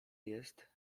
jest